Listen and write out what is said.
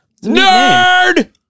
Nerd